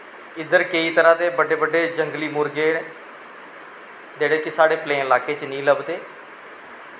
इद्धर केईं तरह दे बड्डे बड्डे जंगली मुर्गे न जेह्ड़े कि साढ़े प्लेन लाकें च नेईं लभदे